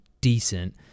decent